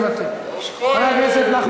חבר הכנסת הרב